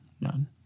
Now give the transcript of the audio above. None